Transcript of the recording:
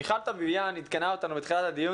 מיכל טביביאן עדכנה אותנו בתחילת הדיון